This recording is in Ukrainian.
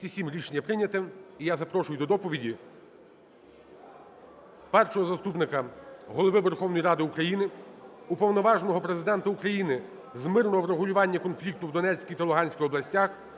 Рішення прийнято. І я запрошую до доповіді Першого заступника Голови Верховної Ради України, Уповноваженого Президента України з мирного врегулювання конфлікту в Донецькій та Луганській областях